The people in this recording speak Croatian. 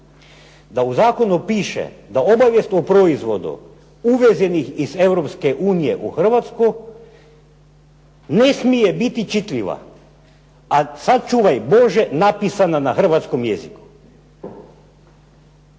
da u zakonu piše da obavijest o proizvodu uvezenih iz Europske unije u Hrvatsku ne smije biti čitljiva, a sačuvaj Bože napisana na hrvatskom jeziku.